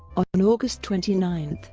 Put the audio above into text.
on august twenty nine,